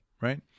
right